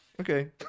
Okay